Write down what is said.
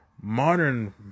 modern